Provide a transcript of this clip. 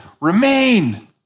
Remain